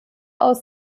aus